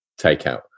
takeout